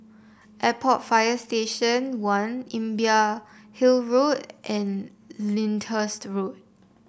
Airport Fire Station One Imbiah Hill Road and Lyndhurst Road